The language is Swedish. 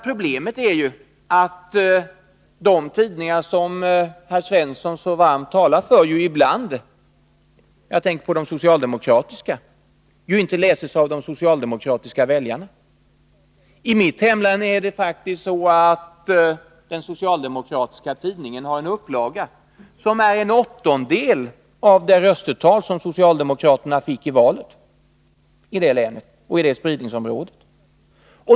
Problemet är ju att de tidningar som herr Svensson så varmt talar för ibland inte — jag tänker då på de socialdemokratiska tidningarna — har tillräckligt många läsare. De läses inte ens av de socialdemokratiska väljarna. I mitt hemlän är det faktiskt så att den socialdemokratiska tidningen har en upplaga som är en åttondedel av det röstetal som socialdemokraterna fick i valet i det länet och det spridningsområdet.